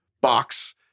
box